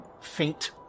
faint